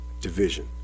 division